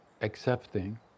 accepting